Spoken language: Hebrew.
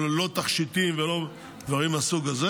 אבל לא תכשיטים ולא דברים מהסוג הזה.